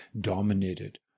dominated